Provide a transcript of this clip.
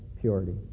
purity